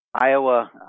Iowa